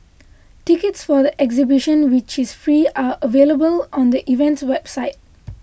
tickets for the exhibition which is free are available on the event's website